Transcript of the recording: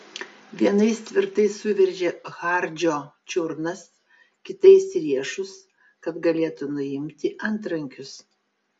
vienais tvirtai suveržė hardžio čiurnas kitais riešus kad galėtų nuimti antrankius